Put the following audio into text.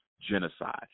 genocide